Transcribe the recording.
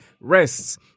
rests